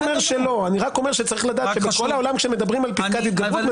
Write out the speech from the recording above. אני רק אומר שצריך לדעת שבכל העולם כאשר מדברים על פסקת התגברות,